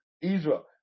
Israel